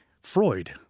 Freud